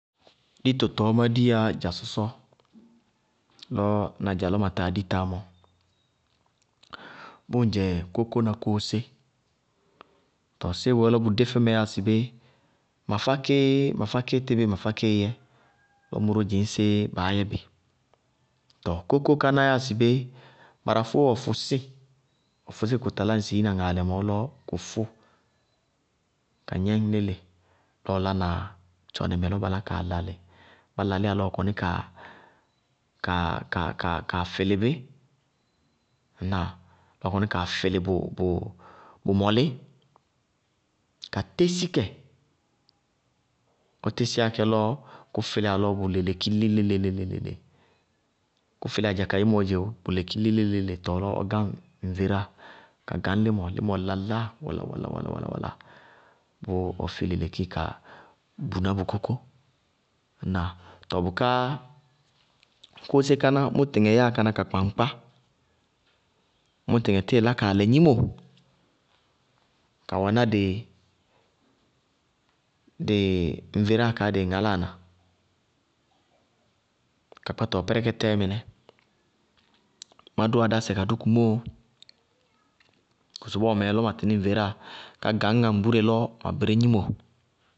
Dito tɔɔ má diyá dza sɔsɔ lɔ na dza matáa dí tá mɔ, bʋ ŋdzɛ kókó na kóósé. Tɔɔ séé bʋyɛ lɔ bʋdé fɛmɛ yáa sɩ bé? Mafá kéé, mafá ké tɩbí mafá kée yɛ, lɔ mʋró dzɩñ séé baá yɛ bɩ. Tɔɔ kókó káná yáa sɩbé, barafóó ɔ fɔsíɩ, ɔ fʋsí kɩ kʋ talá ŋsɩ ina ŋaalɛ mɔɔ lɔ kʋ fʋʋ, ka gnɛñ léle, lɔ ba lána tchɔnɩ mɛ lɔ ba lá kaa lalɩ, bá lalɩyá lɔ ɔ kɔní kaa fɩlɩ bí, ŋnáa? Ba kɔní kaa fɩlɩ bʋ mɔlí ka tesi kɛ, ɔ tésíyá kɛ lɔ kʋ fɩlíyá lɔ bʋ lelki lí léleléleléle, bʋ fɩlíyá dza kayémɔ dzɛoo, tɔɔ lɔ ɔ gáŋ ŋveráa, ka gañ limɔ, límɔ lalá walawalawala, bʋʋ ɔ fi leleki ka buná bʋ kókó. Ŋnáa? Tɔɔ bʋká kóósé káná, mʋ tɩtɩŋɛ yáa ka kpaŋkpá, mʋ tɩtɩŋɛ tíɩ lá kaa lɛ gnimo, ka wɛná dɩ ŋveráa kaa dɩɩ ŋaláana, ka kpáta wɛ pɛrɛkɛrɛɛ mɩnɛ. Má dʋwá dásɛ ka dʋ kumóo kʋsʋbɔɔ mɛ, lɔ ma tɩní ŋveráa, ká gañŋá mbúre lɔ ma bɩrí gnimo.